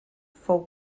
fou